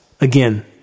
Again